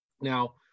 Now